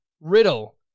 Riddle